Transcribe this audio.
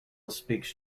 speaks